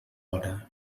hora